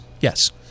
yes